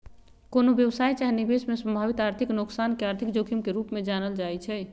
कोनो व्यवसाय चाहे निवेश में संभावित आर्थिक नोकसान के आर्थिक जोखिम के रूप में जानल जाइ छइ